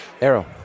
Arrow